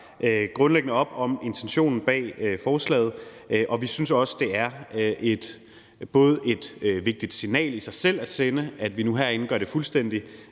grundlæggende op om intentionen bag forslaget. Vi synes også, det er et vigtigt signal i sig selv at sende, at vi nu herinde gør det fuldstændig